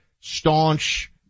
staunch